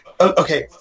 okay